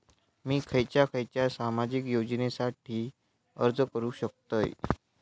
मी खयच्या खयच्या सामाजिक योजनेसाठी अर्ज करू शकतय?